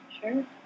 Sure